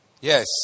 Yes